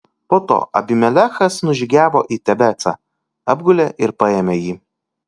po to abimelechas nužygiavo į tebecą apgulė ir paėmė jį